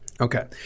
Okay